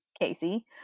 Casey